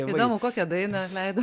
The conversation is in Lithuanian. įdomu kokią dainą leido